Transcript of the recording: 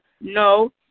No